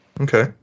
Okay